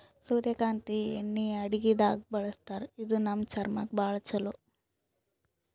ಸೂರ್ಯಕಾಂತಿ ಎಣ್ಣಿ ಅಡಗಿದಾಗ್ ಬಳಸ್ತಾರ ಇದು ನಮ್ ಚರ್ಮಕ್ಕ್ ಭಾಳ್ ಛಲೋ